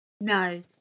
No